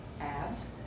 abs